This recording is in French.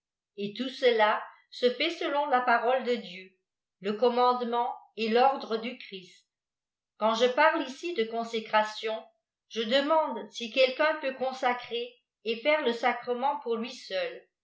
et tout cela se fait selon la parole de dieu le commandement et l'ordre du christ quand je parle ici de consécration je demande si quelqu'un peut consacrer et faire le sacrement pour lui seul